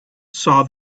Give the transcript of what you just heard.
saw